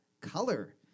color